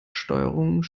steuerung